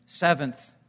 Seventh